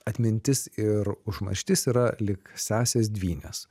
atmintis ir užmarštis yra lyg sesės dvynės